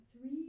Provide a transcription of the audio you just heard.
three